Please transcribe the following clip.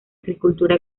agricultura